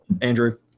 Andrew